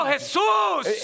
Jesus